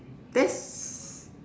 that's